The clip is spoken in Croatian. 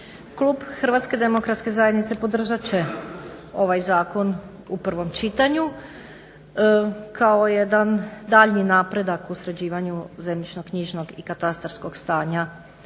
Klub Hrvatske demokratske zajednice podržat će ovaj Zakon u prvom čitanju kao jedan daljnji napredak u sređivanju zemljišno-knjižnog i katastarskog stanja